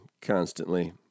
constantly